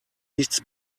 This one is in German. nichts